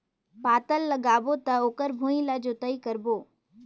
पातल लगाबो त ओकर भुईं ला जोतई करबो?